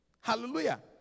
Hallelujah